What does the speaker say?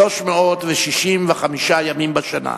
365 ימים בשנה.